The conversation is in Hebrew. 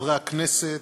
חברי הכנסת,